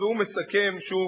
והוא מסכם שוב